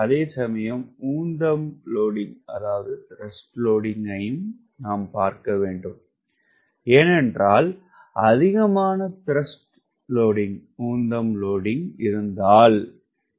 அதே சமயம் உந்தம் லோடிங்க் நாம் பார்க்கவேண்டும் ஏனென்றால் அதிகமான உந்தம் லோடிங்க் இருந்தால் எளிதினில் வேகம் கூட்டலாம்